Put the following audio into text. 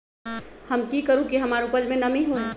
हम की करू की हमार उपज में नमी होए?